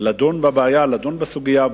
לדון בבעיה, לדון בסוגיה.